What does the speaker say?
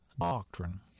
doctrine